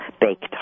Baked